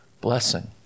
blessing